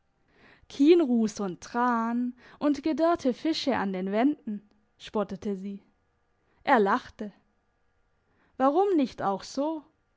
kienruss und tran und gedörrte fische an den wänden spottete sie er lachte warum nicht auch so